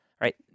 right